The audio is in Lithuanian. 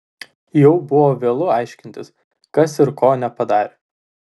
jau buvo vėlu aiškintis kas ir ko nepadarė